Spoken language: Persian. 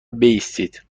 بایستید